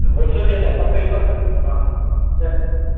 wholesale rate आहे पक ई पक हा त